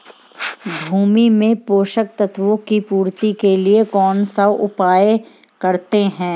भूमि में पोषक तत्वों की पूर्ति के लिए कौनसा उपाय करते हैं?